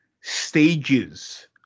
stages